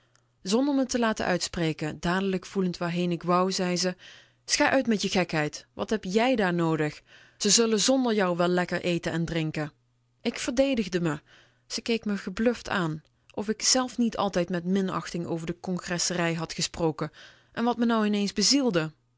zonder me te laten uitspreken dadelijk voelend waarheen ik wou zei ze schei uit met je gekheid wat heb jij daar noodig ze zullen zonder jou wel lekker eten en drinken ik verdedigde me ze keek me gebluft aan of ik zelf niet altijd met minachting over de congresserij had gesproken wat me nou ineens bezielde